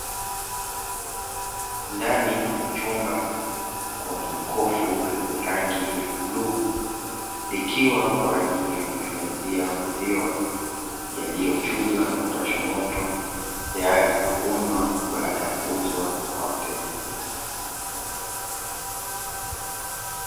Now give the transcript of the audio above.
Ndani ya chumba kuna jokofu lenye rangi ya buluu, likiwa kwa ajili ya kuhifadhia maziwa yaliyochujwa na kupashwa moto, tayari kwa kunywa baada ya kuuzwa kwa wateja.